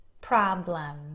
problem